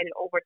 over